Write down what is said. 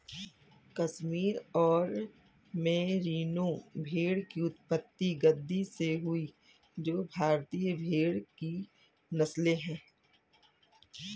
कश्मीर और मेरिनो भेड़ की उत्पत्ति गद्दी से हुई जो भारतीय भेड़ की नस्लें है